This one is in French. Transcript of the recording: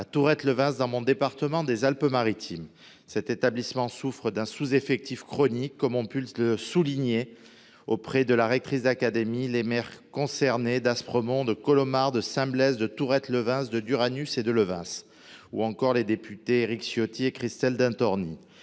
à Tourrette-Levens, dans le département des Alpes-Maritimes. Cet établissement souffre d’un sous-effectif chronique, comme ont pu le souligner, auprès de la rectrice d’académie, les maires concernés d’Aspremont, de Colomars, de Saint-Blaise, de Tourrette-Levens, de Duranus et de Levens, ou encore les députés Éric Ciotti et Christelle D’Intorni.